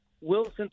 Wilson